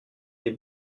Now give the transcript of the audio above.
les